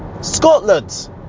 Scotland